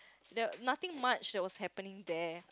there are nothing much that was happening there